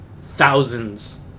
thousands